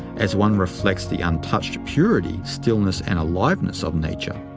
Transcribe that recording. as one reflects the untouched purity, stillness, and aliveness of nature.